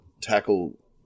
tackle